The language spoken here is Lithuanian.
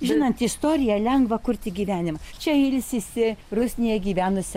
žinant istoriją lengva kurti gyvenimą čia ilsisi rusnėje gyvenusi